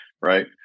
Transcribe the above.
right